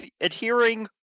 adhering